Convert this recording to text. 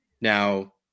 Now